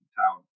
town